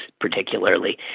particularly